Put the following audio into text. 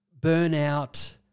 burnout